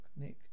Nick